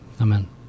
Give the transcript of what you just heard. amen